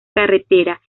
carretera